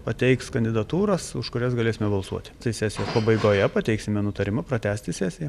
pateiks kandidatūras už kurias galėsime balsuoti tai sesijos pabaigoje pateiksime nutarimą pratęsti sesiją